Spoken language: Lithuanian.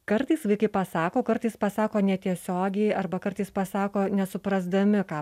kartais vaikai pasako kartais pasako netiesiogiai arba kartais pasako nesuprasdami ką